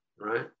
Right